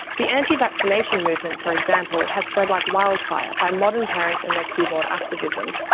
the anti-vaccination movement for example has spread like wild fire by modern parents and their keyboard activism.